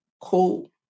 cool